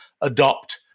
adopt